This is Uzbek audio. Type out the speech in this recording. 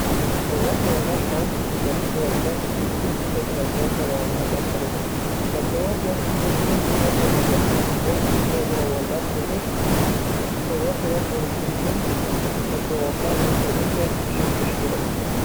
Shorva tayyorlash ham kundalik hayotda tez-tez ishlatiladigan jarayonlardan biridir. Sabzavot yoki go'shtni suvda qaynatib, unga tuz va ziravorlar qo'shish. Shorva tayyor bo‘lishi uchun sabzavotlar yumshaguncha pishirilishi kerak!